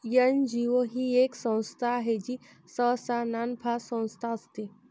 NGO ही एक संस्था आहे जी सहसा नानफा संस्था असते